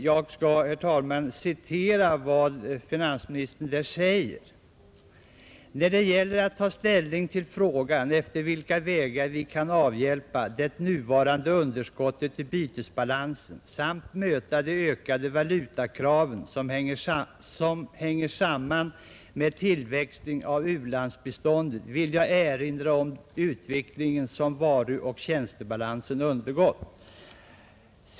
Jag skall, herr talman, citera vad finansministern anför på denna punkt: ”När det gäller att ta ställning till frågan efter vilka vägar vi kan avhjälpa det nuvarande underskottet i bytesbalansen samt möta de ökande valutakraven som hänger samman med tillväxten av u-landsbiståndet vill jag erinra om den utveckling som varuoch tjänstebalanserna undergått.